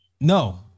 no